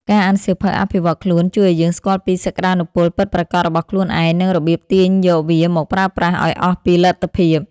ការអានសៀវភៅអភិវឌ្ឍខ្លួនជួយឱ្យយើងស្គាល់ពីសក្ដានុពលពិតប្រាកដរបស់ខ្លួនឯង និងរបៀបទាញយកវាមកប្រើប្រាស់ឱ្យអស់ពីលទ្ធភាព។